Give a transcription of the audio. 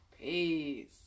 peace